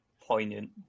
poignant